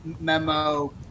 memo